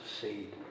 seed